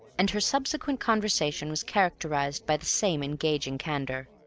and her subsequent conversation was characterized by the same engaging candor.